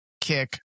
kick